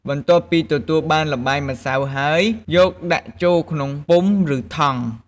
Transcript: បន្ទាប់ពីទទួលបានល្បាយម្សៅហើយ យកដាក់ចូលក្នុងពុម្ពឬថង់ ។